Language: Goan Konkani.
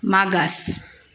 मागास